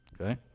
Okay